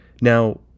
Now